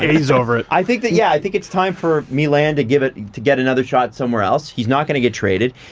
he's over it. i think that yeah, i think it's time for milan to give it to get another shot somewhere else. he's not gonna get traded.